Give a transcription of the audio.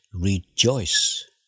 rejoice